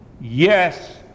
Yes